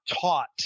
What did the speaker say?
taught